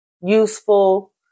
useful